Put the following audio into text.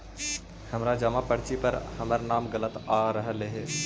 हमर जमा पर्ची पर हमर नाम गलत आ रहलइ हे